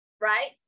right